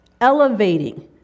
elevating